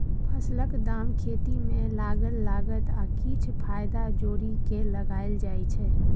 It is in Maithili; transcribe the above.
फसलक दाम खेती मे लागल लागत आ किछ फाएदा जोरि केँ लगाएल जाइ छै